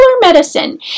medicine